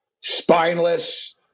spineless